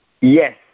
Yes